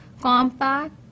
compact